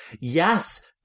Yes